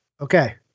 Okay